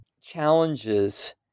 challenges